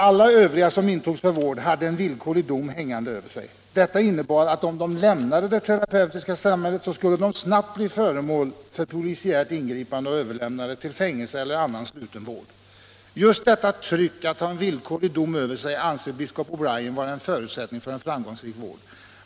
Alla övriga som togs in för vård hade en villkorlig dom hängande över sig. Detta innebar att om de lämnade det terapeutiska samhället så skulle de snabbt bli föremål för polisiärt ingripande och satta i fängelse eller överlämnade till annan sluten vård. Just detta tryck — att ha en villkorlig dom över sig — anser pastor O' Brian vara en förutsättning för en framgångsrik vård.